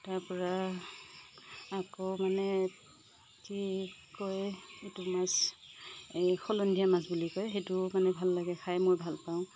তাৰ পৰা আকৌ মানে কি কয় এইটো মাছ এই সলন্ধিয়া মাছ বুলি কয় সেইটোও মানে ভাল লাগে খায় মই ভাল পাওঁ